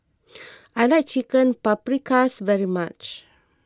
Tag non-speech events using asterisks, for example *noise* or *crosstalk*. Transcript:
*noise* I like Chicken Paprikas very much